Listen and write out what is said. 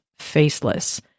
faceless